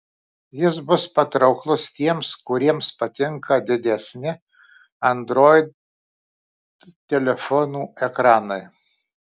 jis bus patrauklus tiems kuriems patinka didesni android telefonų ekranai